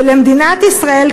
ולמדינת ישראל,